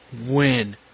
win